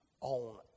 on